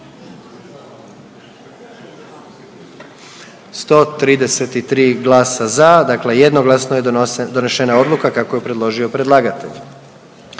133 glasa za, dakle jednoglasno je donešena odluka kako ju je predložio predlagatelj.